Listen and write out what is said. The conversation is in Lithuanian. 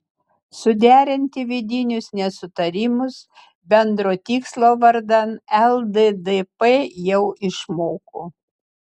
suderinti vidinius nesutarimus bendro tikslo vardan lddp jau išmoko